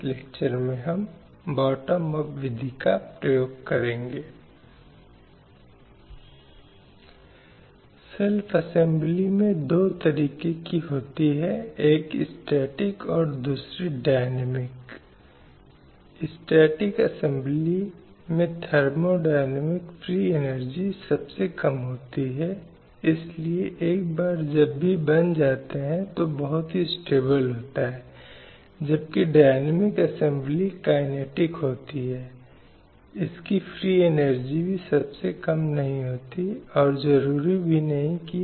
लेकिन यह पार्टियों या व्यक्तिगत राष्ट्रों में अच्छी इच्छाशक्ति और राज्य के अच्छे हाव भाव पर आधारित है यह देखने के लिए कि उचित कदम उठाए गए हैं जिसके तहत अंतर्राष्ट्रीय निकाय के सुझावों या सिफारिशों को ध्यान में रखा जा सकता है और वे इस बात से कम हो रहे हैं कि आगे क्या कदम हो सकते हैं प्रभावी रूप से योजना बनाई जानी चाहिए और राज्य स्तर पर लागू की जानी चाहिए